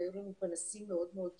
היו לנו פנסים מאוד מאוד טובים.